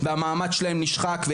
המעמד שלהם נשחק,